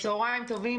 צוהריים טובים,